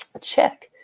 check